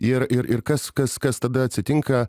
ir ir ir kas kas kas tada atsitinka